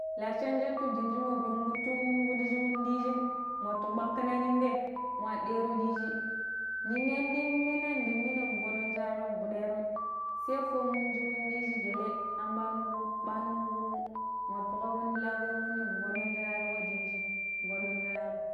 Lashe shatu dinjin mo binƙitu futun pidi mun diijin watu bakanan nin de, wa deero diiji, ninya dinmina dinmina mun foddo shiraro n kuɗeron sai fomun shi mun diiji gele am ɓano ko ɓano mo kumu wattu kabun ti laboni mu fodon shiraro ka ɗinji fodon shiraro